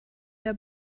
der